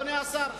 אדוני השר,